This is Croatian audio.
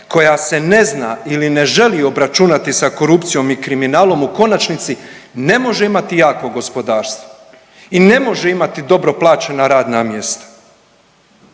koja se ne zna ili ne želi obračunati sa korupcijom i kriminalom u konačnici ne može imati jako gospodarstvo i ne može imati dobro plaćena radna mjesta.